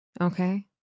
okay